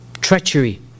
treachery